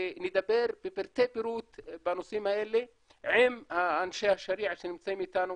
שנדבר בפרטי פירוט בנושאים האלה עם אנשי השריעה שנמצאים איתנו,